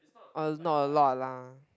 but it's not a lot lah